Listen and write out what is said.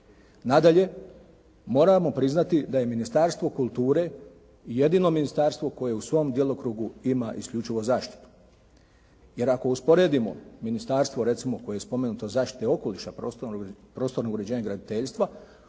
Nadalje moramo priznati da je Ministarstvo kulture jedino ministarstvo koje u svom djelokrugu ima isključivo zaštitu jer ako usporedimo ministarstvo recimo koje je spomenuto zaštite okoliša, prostornog uređenja i graditeljstva